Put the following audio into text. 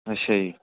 ਅੱਛਾ ਜੀ